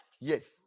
Yes